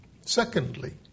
Secondly